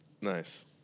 Nice